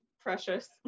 precious